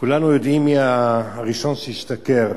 כולנו יודעים מי הראשון שהשתכר,